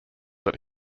that